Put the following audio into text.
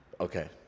Okay